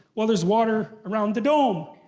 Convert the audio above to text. well, there's water around the dome.